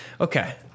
Okay